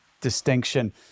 Distinction